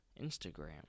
Instagram